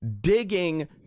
digging